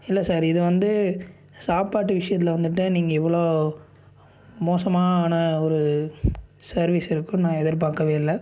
இல்லை சார் இது வந்து சாப்பாட்டு விஷயத்துல வந்துவிட்டு நீங்கள் இவ்வளோ மோசமான ஒரு சர்வீஸ் இருக்குன்னு நான் எதிர்பாக்கவே இல்லை